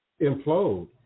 implode